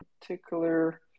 particular